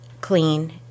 clean